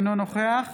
אינו נוכח